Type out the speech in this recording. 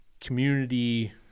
community